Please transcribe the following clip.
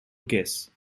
kiss